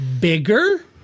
bigger